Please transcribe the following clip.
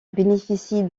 bénéficie